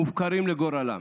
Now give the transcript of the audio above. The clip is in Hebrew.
מופקרים לגורלם.